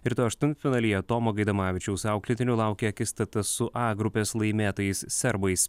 rytoj aštuntfinalyje tomo gaidamavičiaus auklėtinių laukia akistata su a grupės laimėtojais serbais